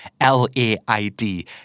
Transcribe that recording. L-A-I-D